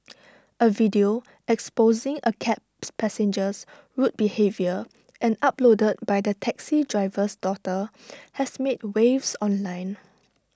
A video exposing A cabs passenger's rude behaviour and uploaded by the taxi driver's daughter has made waves online